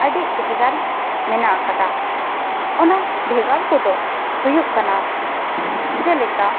ᱟᱹᱰᱤ ᱵᱷᱮᱜᱟᱨ ᱢᱮᱱᱟᱜ ᱠᱟᱫᱟ ᱚᱱᱟ ᱵᱷᱮᱜᱟᱨ ᱠᱚᱫᱚ ᱦᱩᱭᱩᱜ ᱠᱟᱱᱟ ᱡᱮᱞᱮᱠᱟ